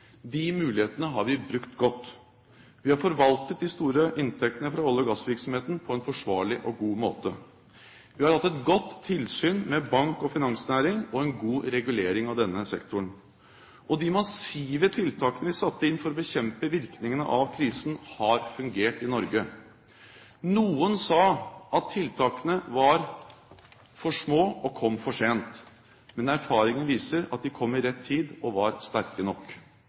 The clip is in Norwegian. De mulighetene har vi brukt godt. Vi har forvaltet de store inntektene fra olje- og gassvirksomheten på en forsvarlig og god måte. Vi har hatt et godt tilsyn med bank- og finansnæringen og en god regulering av denne sektoren. De massive tiltakene vi satte inn for å bekjempe virkningene av krisen, har fungert i Norge. Noen sa at tiltakene var for små og kom for sent. Men erfaringen viser at de kom i rett tid, og var sterke nok.